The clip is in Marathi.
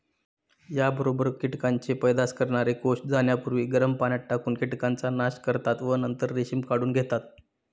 याबरोबर कीटकांचे पैदास करणारे कोष जाण्यापूर्वी गरम पाण्यात टाकून कीटकांचा नाश करतात व नंतर रेशीम काढून घेतात